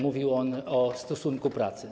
Mówił on o stosunku pracy.